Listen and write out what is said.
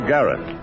Garrett